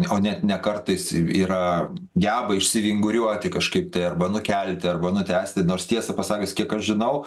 o net ne kartais yra geba išsivinguriuoti kažkaip tai arba nukelti arba nutęsti nors tiesą pasakius kiek aš žinau